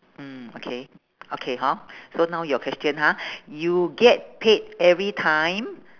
mm okay okay hor so now your question ha you get paid every time